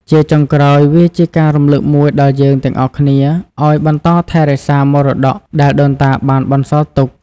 ជាចុងក្រោយ វាជាការរំលឹកមួយដល់យើងទាំងអស់គ្នាឲ្យបន្តថែរក្សាមរតកដែលដូនតាបានបន្សល់ទុក។